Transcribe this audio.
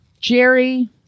Jerry